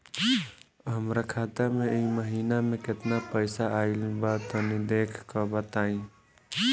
हमरा खाता मे इ महीना मे केतना पईसा आइल ब तनि देखऽ क बताईं?